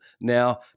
now